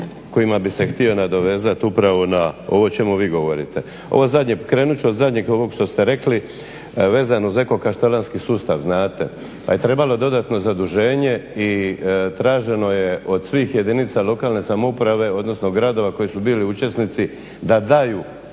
kojima bih se htio nadovezati upravo na ovo o čemu vi govorite. Ovo zadnje, krenut ću od zadnjeg ovog što ste rekli vezano uz eko-kaštelanski sustav. Znate, kad je trebalo dodatno zaduženje i traženo je od svih jedinica lokalne samouprave, odnosno gradova koji su bili učesnici da daju